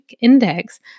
index